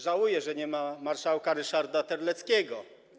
Żałuję, że nie ma marszałka Ryszarda Terleckiego.